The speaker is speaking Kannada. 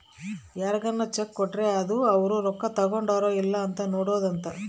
ಯಾರ್ಗನ ಚೆಕ್ ಕೊಟ್ರ ಅದು ಅವ್ರ ರೊಕ್ಕ ತಗೊಂಡರ್ ಇಲ್ಲ ಅಂತ ನೋಡೋದ ಅಂತ